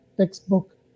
textbook